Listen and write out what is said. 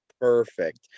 perfect